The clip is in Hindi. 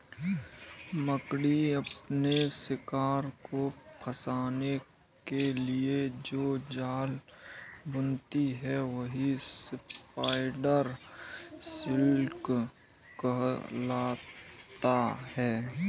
मकड़ी अपने शिकार को फंसाने के लिए जो जाल बुनती है वही स्पाइडर सिल्क कहलाता है